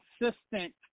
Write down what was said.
consistent